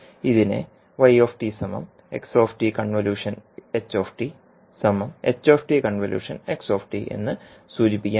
ഇതിനെ എന്ന് സൂചിപ്പിക്കാം